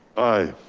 aye.